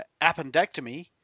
appendectomy